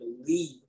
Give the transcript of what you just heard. believe